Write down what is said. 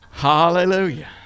Hallelujah